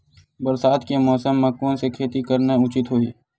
बरसात के मौसम म कोन से खेती करना उचित होही?